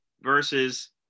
versus